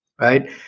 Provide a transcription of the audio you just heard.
right